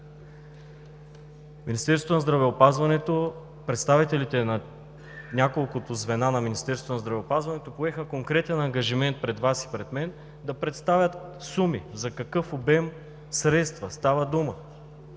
Министерството на здравеопазването, поеха конкретен ангажимент пред Вас и пред мен да представят суми за какъв обем средства става дума.